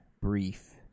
Brief